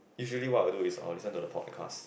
usually what I do is I will listen to the podcast